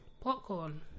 Popcorn